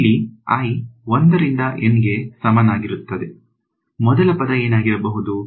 ಇಲ್ಲಿ i 1 ರಿಂದ N ಗೆ ಸಮನಾಗಿರುತ್ತೇನೆ ಮೊದಲ ಪದ ಏನಾಗಿರಬಹುದು